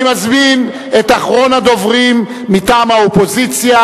אני מזמין את אחרון הדוברים מטעם האופוזיציה,